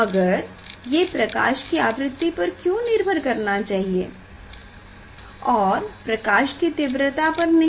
मगर ये प्रकाश की आवृति पर क्यो निर्भर करना चाहिए और प्रकाश की तीव्रता पर नहीं